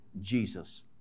Jesus